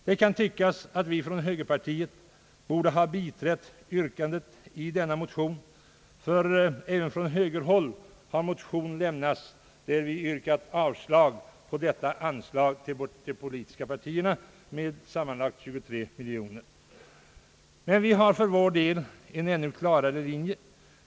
Det kan tyckas att vi från högerpartiet borde ha biträtt yrkandet i denna motion, ty även från högerhåll har en motion lämnats, i vilken yrkas avslag på förslaget om bidrag till de politiska partierna. För vår del har vi emellertid en ännu klarare linje.